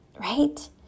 right